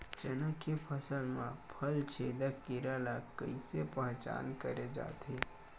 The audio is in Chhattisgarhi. चना के फसल म फल छेदक कीरा ल कइसे पहचान करे जाथे?